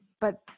But-